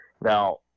Now